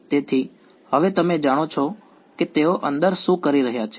તેથી હવે તમે જાણો છો કે તેઓ અંદર શું કરી રહ્યા છે